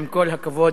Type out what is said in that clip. עם כל הכבוד